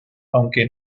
aunque